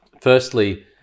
Firstly